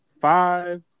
five